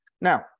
now